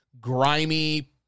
grimy